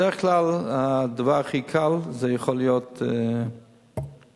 בדרך כלל, הכי קל יכול להיות לקופות-חולים,